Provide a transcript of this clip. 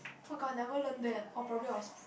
oh-my-god I never learn that or probably I was f~